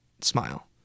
smile